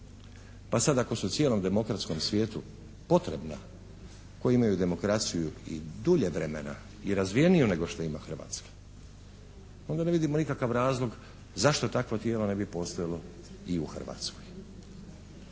Pa sada ako su cijelom demokratskom svijetu potrebna, koji imaju demokraciju i dulje vremena i razvijeniju nego što ima Hrvatska, onda ne vidimo nikakav razlog zašto takvo tijelo ne bi postojalo i u Hrvatskoj.